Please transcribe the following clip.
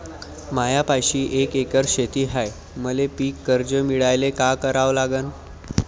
मायापाशी एक एकर शेत हाये, मले पीककर्ज मिळायले काय करावं लागन?